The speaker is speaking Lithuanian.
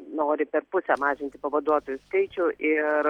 nori per pusę mažinti pavaduotojų skaičių ir